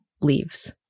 leaves